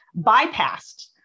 bypassed